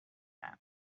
man